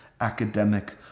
academic